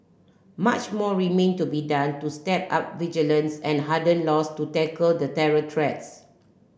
much more remain to be done to step up vigilance and harden laws to tackle the terror threats